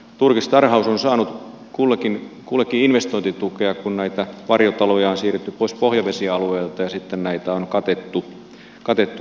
turkistarhaus on saanut kullekin investointitukea kun näitä varjotaloja on siirretty pois pohjavesialueelta ja sitten on katettu näitä varjorakenteita